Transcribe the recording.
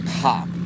pop